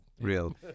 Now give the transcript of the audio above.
real